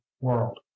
world